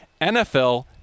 NFL